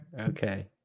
Okay